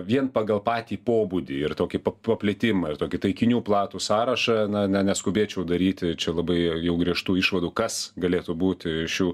vien pagal patį pobūdį ir tokį pa paplitimą ir tokį taikinių platų sąrašą na na neskubėčiau daryti čia labai jau griežtų išvadų kas galėtų būti šių